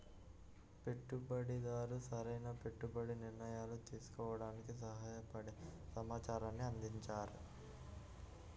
పెట్టుబడిదారు సరైన పెట్టుబడి నిర్ణయాలు తీసుకోవడానికి సహాయపడే సమాచారాన్ని అందిస్తారు